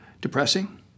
Depressing